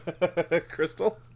Crystal